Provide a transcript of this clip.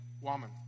woman